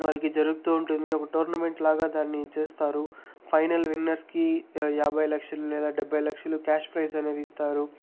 వాళ్ళకి జరుగుతు ఉంటుంది ఒక టోర్నమెంట్ లాగా దాన్ని చేస్తారు ఫైనల్ విన్నర్స్కి యాభై లక్షలు లేదా డెబ్బైలక్షలు క్యాష్ ప్రైజ్ అనేది ఇస్తారు